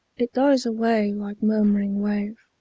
it dies away, like murmuring wave.